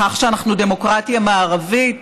בכך שאנחנו דמוקרטיה מערבית.